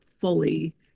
fully